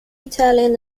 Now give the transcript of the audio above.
italian